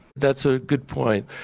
that's a good point.